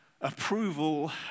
approval